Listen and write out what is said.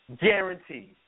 Guaranteed